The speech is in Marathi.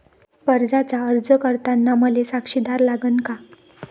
कर्जाचा अर्ज करताना मले साक्षीदार लागन का?